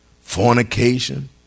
fornication